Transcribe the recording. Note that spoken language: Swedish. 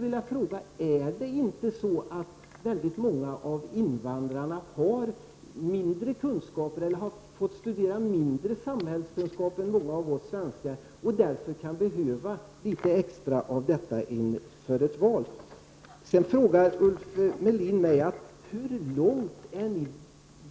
Har inte väldigt många invandrare fått studera mindre samhällskunskap än många av oss svenskar, och behöver de inte litet extra av detta inför ett val? Sedan frågar Ulf Melin: Hur långt är ni